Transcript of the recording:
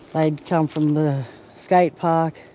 they'd come from the skate park.